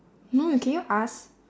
no you can you ask